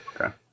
Okay